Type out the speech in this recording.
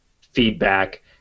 feedback